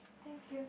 thank you